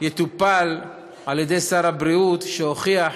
יטופל על-ידי שר הבריאות, שהוכיח